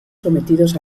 sometidos